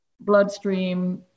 bloodstream